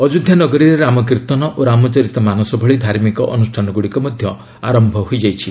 ଅଯୋଧ୍ୟା ନଗରୀରେ ରାମ କୀର୍ଭନ ଓ ରାମଚରିତ ମାନସ ଭଳି ଧାର୍ମିକ ଅନୁଷ୍ଠାନ ଗୁଡ଼ିକ ମଧ୍ୟ ଆରମ୍ଭ ହୋଇଯାଇଛି